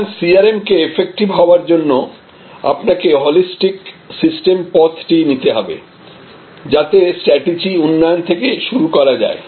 সুতরাং CRM কে effective হবার জন্য আপনাকে হলিস্টিক সিস্টেম পথটি নিতে হবে যাতে স্ট্র্যাটেজি উন্নয়ন থেকে শুরু করা যায়